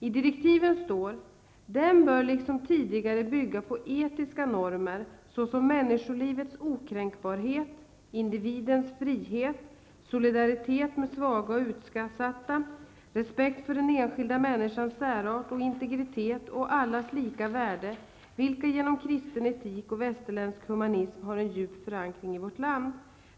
I direktiven står det: ''Den bör liksom tidigare bygga på etiska normer, såsom människolivets okränkbarhet, individens frihet, solidaritet med svaga och utsatta, respekt för den enskilda människans särart och integritet och allas lika värde vilka genom kristen etik och västerländsk humanism, har en djup förankring i vårt land.